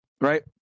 right